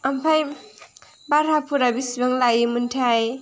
ओमफ्राय भाराफोरा बेसेबां लायोमोनथाय